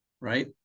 right